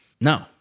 No